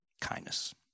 kindness